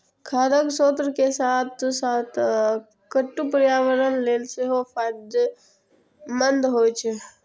खाद्यान्नक स्रोत के साथ साथ कट्टू पर्यावरण लेल सेहो फायदेमंद होइ छै